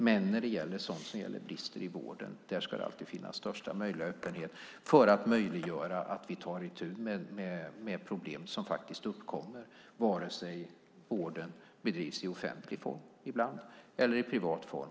Man när det gäller sådant som rör brister i vården ska det alltid finnas största möjliga öppenhet, för att möjliggöra att vi tar itu med problem som uppkommer, vare sig vården bedrivs i offentlig form eller i privat form.